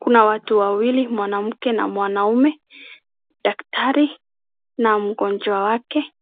Kuna watu wawili, mwanamke na mwanaume, daktari na mgonjwa wake,